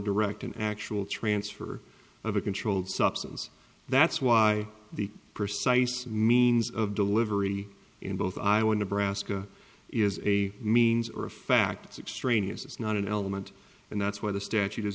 direct an actual transfer of a controlled substance that's why the precise means of delivery in both iowa nebraska is a means or a fact extraneous it's not an element and that's why the statute